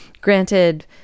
granted